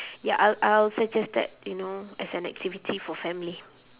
ya I'll I'll suggest that you know as an activity for family